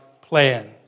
plan